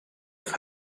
have